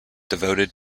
devoted